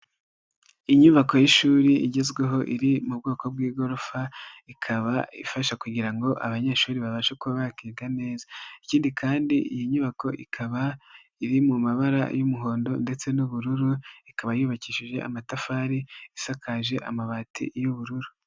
Inyubako y'ishuri igezweho iri mu bwoko bw'igorofa ikaba ifasha kugira ngo abanyeshuri babashe kuba bakiga neza, ikindi kandi iyi nyubako ikaba iri mu mabara y'umuhondo ndetse n'ubururu, ikaba yubakishije amatafari, isakaje amabati y'ubururu.